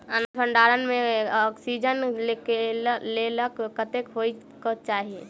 अनाज भण्डारण म ऑक्सीजन लेवल कतेक होइ कऽ चाहि?